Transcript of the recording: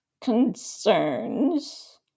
concerns